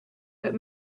but